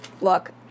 look